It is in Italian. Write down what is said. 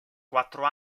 quattro